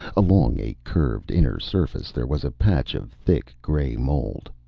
along a curved inner surface there was a patch of thick grey mold.